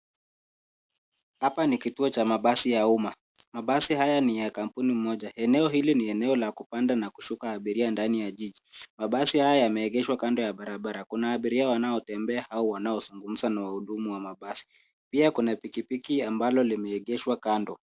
Hapa ni kituo cha mabasi ya umma. Mabasi haya ni ya kampuni moja. Eneo hili ni eneo la kupanda na kushuka abiria ndani ya jiji. Mabasi haya yameegeshwa kando ya barabara. Kuna abiria wanaotembea au wanaozungumza na wahudumu wa mabasi, pia kuna pikipiki ambayo imeegeshwa kando.